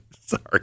sorry